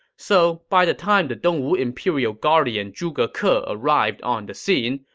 so by the time the dongwu imperial guardian zhuge ke ah arrived on the scene,